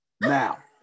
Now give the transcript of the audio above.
Now